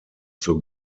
zur